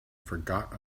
forgot